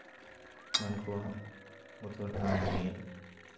ᱩᱱᱠᱩᱣᱟᱜ ᱵᱚᱛᱚᱨ ᱮᱲᱟᱣ ᱞᱟᱹᱜᱤᱫ